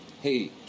hey